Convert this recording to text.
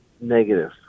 negative